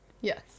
Yes